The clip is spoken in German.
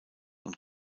und